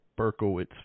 berkowitz